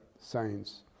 science